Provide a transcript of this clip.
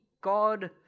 God